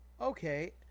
okay